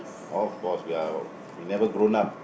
of course we are we never grown up